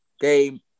game